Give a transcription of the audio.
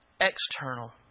external